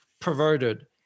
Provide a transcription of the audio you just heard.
perverted